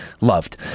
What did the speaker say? loved